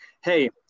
hey